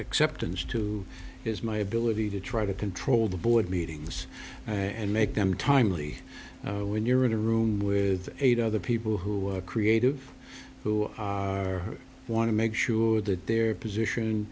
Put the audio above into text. acceptance to is my ability to try to control the board meetings and make them timely when you're in a room with eight other people who are creative who want to make sure that their position